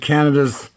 Canada's